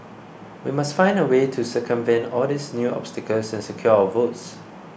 we must find a way to circumvent all these new obstacles and secure our votes